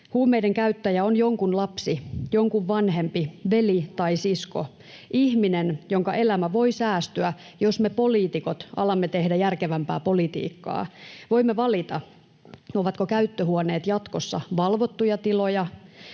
Huumeidenkäyttäjä on jonkun lapsi, jonkun vanhempi, veli tai sisko, ihminen, jonka elämä voi säästyä, jos me poliitikot alamme tehdä järkevämpää politiikkaa. Voimme valita, ovatko käyttöhuoneet jatkossa valvottuja tiloja